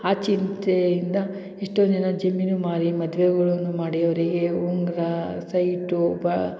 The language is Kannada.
ಆ ಚಿಂತೆಯಿಂದ ಎಷ್ಟೊಂದು ಜನ ಜಮೀನು ಮಾರಿ ಮದುವೆಗಳನ್ನು ಮಾಡಿ ಅವರಿಗೆ ಉಂಗುರ ಸೈಟು ಬಾ